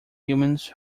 humans